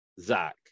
zach